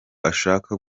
ashaka